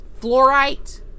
fluorite